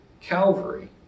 Calvary